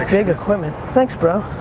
big equipment. thanks, bro.